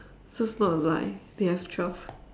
so it's not a lie they have twelve